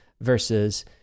versus